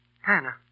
Hannah